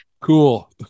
cool